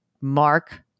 Mark